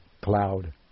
cloud